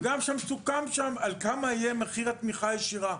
סוכם שם גם כמה יהיה מחיר התמיכה הישירה.